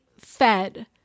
fed